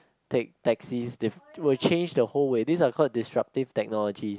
take taxis diff~ will change the whole way these are called disruptive technologies